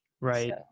right